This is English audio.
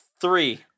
Three